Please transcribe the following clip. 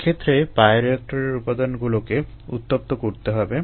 এক্ষেত্রে বায়োরিয়েক্টরের উপাদানগুলোকে উত্তপ্ত করতে হবে